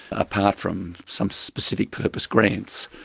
apart from some specific purpose grants,